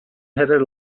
headed